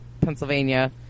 Pennsylvania